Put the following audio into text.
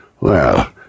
Well